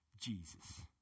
Jesus